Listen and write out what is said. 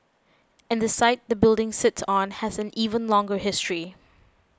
and the site the building sits on has an even longer history